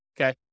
Okay